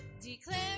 Declare